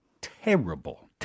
terrible